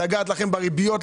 בריביות,